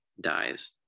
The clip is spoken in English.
dies